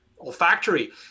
olfactory